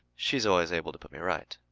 she is always able to put me right,